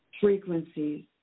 frequencies